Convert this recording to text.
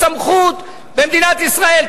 הסמכות במדינת ישראל,